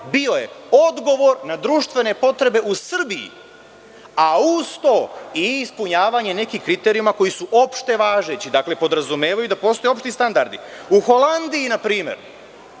bio je odgovor na društvene potrebe u Srbiji, a uz to i ispunjavanje nekih kriterijuma koji su opšte važeći. Dakle, podrazumevaju da postoje opšti standardi.U Holandiji npr.